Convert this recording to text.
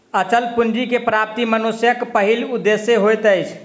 अचल पूंजी के प्राप्ति मनुष्यक पहिल उदेश्य होइत अछि